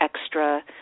extra